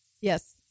Yes